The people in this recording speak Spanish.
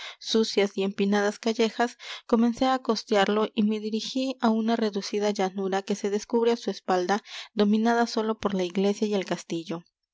sucias y empinadas callejas comencé á costearlo y me dirigí á una reducida llanura que se descubre á su espalda dominada sólo por la iglesia y el castillo